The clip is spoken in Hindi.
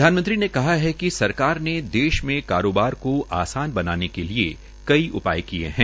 प्रधानमंत्री ने कहा है कि सरकार ने देश में कारोबार को आसान बनाने के लिए कई उपाय किये है